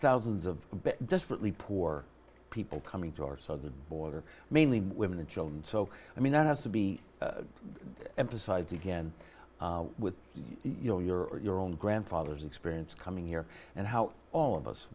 thousands of desperately poor people coming to our southern border mainly women and children so i mean that has to be emphasized again with you know your your own grandfathers experience coming here and how all of us